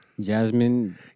Jasmine